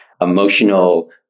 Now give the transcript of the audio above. emotional